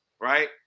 right